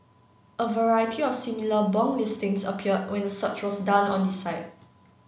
a variety of similar bong listings appeared when a search was done on the site